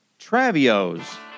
Travios